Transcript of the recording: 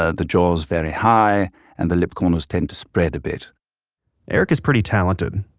ah the jaw is very high and the lip corners tend to spread a bit erik is pretty talented,